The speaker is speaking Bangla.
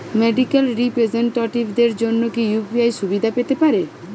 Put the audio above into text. মেডিক্যাল রিপ্রেজন্টেটিভদের জন্য কি ইউ.পি.আই সুবিধা পেতে পারে?